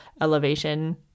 elevation